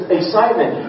excitement